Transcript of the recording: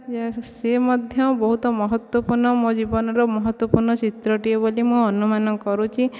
ସିଏ ମଧ୍ୟ ବହୁତ ମହତ୍ୱପୂର୍ଣ୍ଣ ମୋ ଜୀବନର ମହତ୍ୱପୂର୍ଣ୍ଣ ଚିତ୍ରଟିଏ ବୋଲି ମୁଁ ଅନୁମାନ କରୁଛି